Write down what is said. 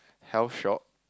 twelve shop